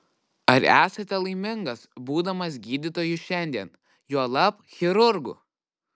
ar esate laimingas būdamas gydytoju šiandien juolab chirurgu